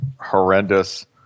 horrendous